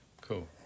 Cool